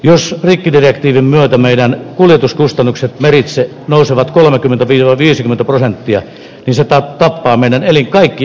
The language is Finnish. jos lehtinen muoto meidän kuljetuskustannukset merkiksi nousevat kolmekymmentäviisi viisikymmentä prosenttia ja siitä päättäminen eli kaikki